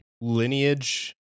Lineage